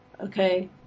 okay